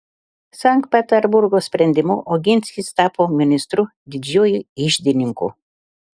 sankt peterburgo sprendimu oginskis tapo ministru didžiuoju iždininku